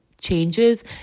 changes